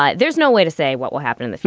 but there's no way to say what will happen. and